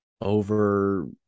over